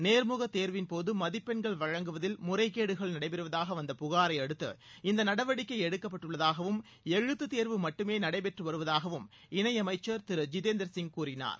நேர்முக தேர்வின் போது மதிப்பெண்கள் வழங்குவதில் முறைகேடுகள் நடைபெறுவதாக வந்த புகாரையடுத்து இந்த நடவடிக்கை எடுக்கப்பட்டுள்ளதாகவும் எழுத்து தேர்வு மட்டுமே நடைபெற்று வருவதாகவும் அமைச்சர் திரு ஜிதேந்திர சிங் கூறினார்